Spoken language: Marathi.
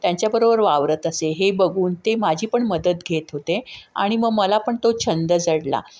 त्यांच्याबरोबर वावरत असे हे बघून ते माझी पण मदत घेत होते आणि मग मला पण तो छंद जडला